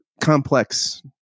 complex